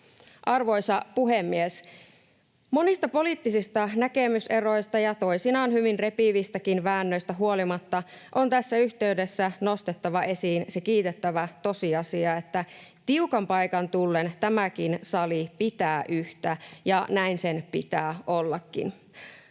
Arvoisa puhemies! Monista poliittisista näkemyseroista ja toisinaan hyvin repivistäkin väännöistä huolimatta on tässä yhteydessä nostettava esiin se kiitettävä tosiasia, että tiukan paikan tullen tämäkin sali pitää yhtä, ja näin sen pitää ollakin.